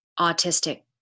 autistic